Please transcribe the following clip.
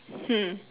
hmm